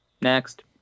next